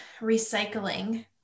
recycling